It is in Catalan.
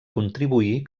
contribuir